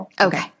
Okay